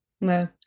No